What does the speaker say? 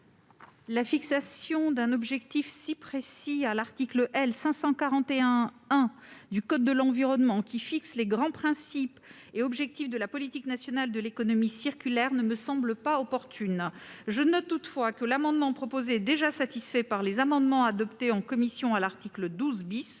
La fixation d'un objectif si précis à l'article L. 541-1 du code de l'environnement, qui pose les grands principes et objectifs de la politique nationale de l'économie circulaire, ne me semble pas opportune. Je note toutefois que l'amendement est déjà satisfait par les amendements adoptés en commission à l'article 12